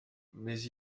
mais